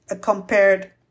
compared